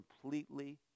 completely